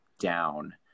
down